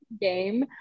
game